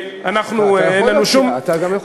אתה גם יכול להציע ועדה.